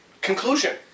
Conclusion